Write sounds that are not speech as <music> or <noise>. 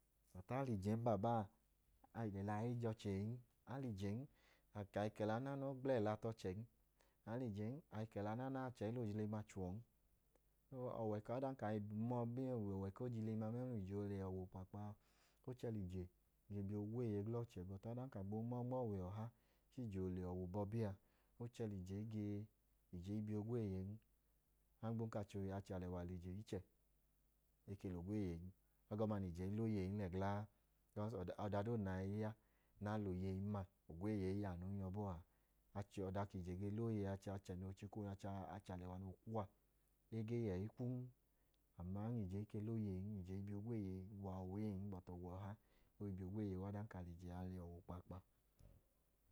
Bọt a lẹ ijen, <unintelligible> ẹla ọ i jẹ ọchẹ eyin, a lẹ ijen, a i kẹla naana, o gbla ẹla tu ọchẹn. A lẹ ijen, a i kẹla nana o gbla ẹla tu ọchẹn. Ọwẹ ẹpa, ọdanka a i ma ọọ ọwẹ ku ojilima, o chẹ lẹ ije e bi ogweeye ge lẹ ọchẹ. Bọtu ọdanka a gboo ma ọọ nma ọwẹ ọha ku ije obọbi a, ije i bi ogweeyen. Achẹ alẹwa lẹ ije ichẹ, e ke lẹ ogweeyen. Ẹgọma nẹ ije i la oyeyin lẹ gla a. Bikọs, ọda doodu nẹ a i ya nẹ a lẹ oyeyin ma, ogweeye i yọ anun yọ bọọ a. Achẹ ọda ka ije ge la oyeyi, achẹ noo chika, achẹ alẹwa noo kwu a, e ge i yẹ i kwun. Aman ọwẹ ọha ije i bi ogweeye wa ọwẹ een, ama, o ge bi ogweye wa ọdanka a lẹ ije a lẹ ọwẹ okpaakpa.